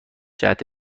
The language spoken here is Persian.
جهت